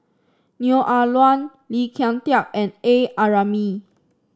Neo Ah Luan Lee Kin Tat and A Ramli